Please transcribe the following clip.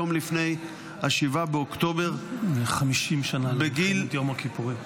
יום לפני 7 באוקטובר -- 50 שנה למלחמת יום הכיפורים.